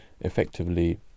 effectively